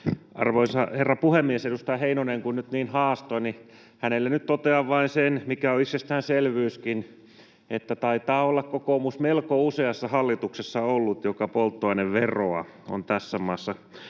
Arvoisa herra puhemies! Edustaja Heinonen kun nyt niin haastoi, niin hänelle totean vain sen, mikä on itsestäänselvyyskin, että taitaa olla kokoomus ollut melko useassa hallituksessa, joka polttoaineveroa on tässä maassa